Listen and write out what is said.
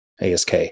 ASK